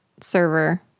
server